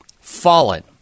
Fallen